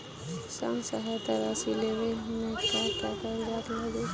किसान सहायता राशि लेवे में का का कागजात लागी?